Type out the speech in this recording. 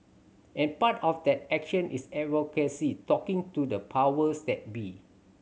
and part of that action is advocacy talking to the powers that be